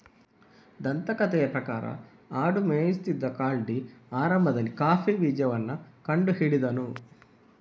ದಂತಕಥೆಯ ಪ್ರಕಾರ ಆಡು ಮೇಯಿಸುತ್ತಿದ್ದ ಕಾಲ್ಡಿ ಆರಂಭದಲ್ಲಿ ಕಾಫಿ ಬೀಜವನ್ನ ಕಂಡು ಹಿಡಿದನು